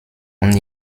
und